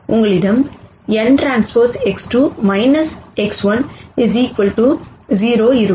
உங்களிடம் nTX2 X1 0 இருக்கும்